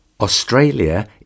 Australia